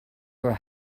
were